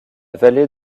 vallée